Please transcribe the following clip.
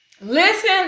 Listen